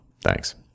Thanks